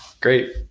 Great